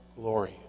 glory